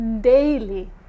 daily